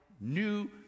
new